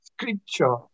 scripture